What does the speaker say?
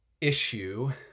issue